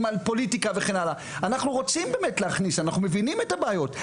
אנחנו רוצים באמת להכניס, אנחנו מבינים את הבעיות.